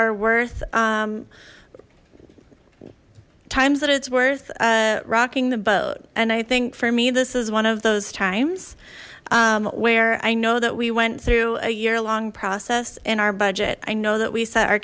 are worth times that it's worth rocking the boat and i think for me this is one of those times where i know that we went through a year long process in our budget i know that we